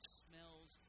smells